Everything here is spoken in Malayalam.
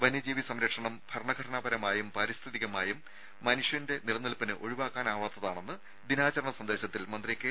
വന്യജീവി സംരക്ഷണം ഭരണഘടനാപരമായും പാരിസ്ഥിതികമായും മനുഷ്യന്റെ നിലനിൽപ്പിന് ഒഴിവാക്കാനാവാത്തതാണെന്ന് ദിനാചരണ സന്ദേശത്തിൽ മന്ത്രി കെ